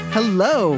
Hello